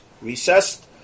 recessed